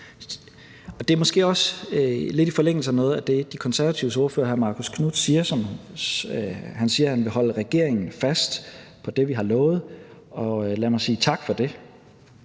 siger jeg måske også lidt i forlængelse af noget af det, De Konservatives ordfører, hr. Marcus Knuth, siger. Han siger, at han vil holde regeringen fast på det, den har lovet, og lad mig sige tak for det